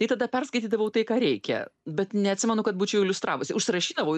tai tada perskaitydavau tai ką reikia bet neatsimenu kad būčiau iliustravusi užsirašydavau